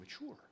mature